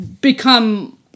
become